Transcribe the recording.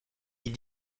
ils